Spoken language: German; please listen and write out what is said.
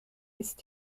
ist